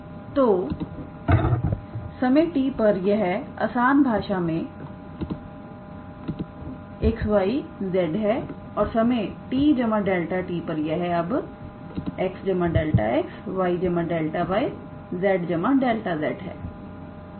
तो समय t पर यह आसान भाषा में 𝑥 𝑦 𝑧 है और समय 𝑡 𝛿𝑡 पर यह अब 𝑥 𝛿𝑥 𝑦 𝛿𝑦 𝑧 𝛿𝑧 है